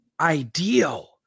ideal